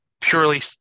purely